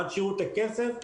עד שיראו את הכסף,